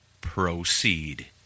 Proceed